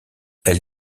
elle